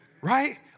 right